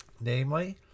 Namely